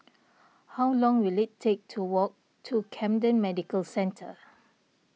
how long will it take to walk to Camden Medical Centre